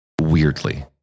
weirdly